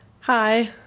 hi